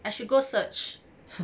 I should go search